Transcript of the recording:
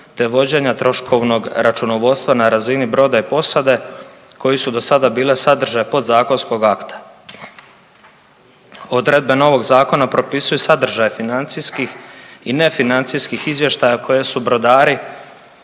te vođenja troškovnog računovodstva na razini broda i posade koji su do sada bile sadržaj podzakonskog akta. Odredbe novog zakona propisuju sadržaj financijskih i nefinancijskih izvještaja koje su brodari